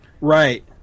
Right